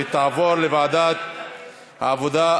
ותעבור לוועדת העבודה,